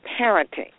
parenting